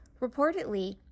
Reportedly